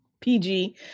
PG